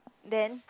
then